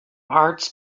arts